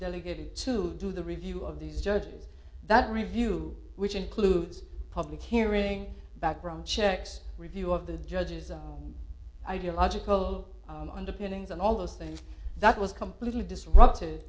delegated to do the review of these judges that review which includes a public hearing background checks review of the judge's ideological underpinnings and all those things that was completely disrupted